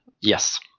Yes